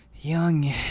young